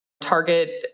Target